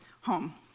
home